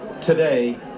today